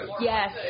Yes